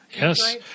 Yes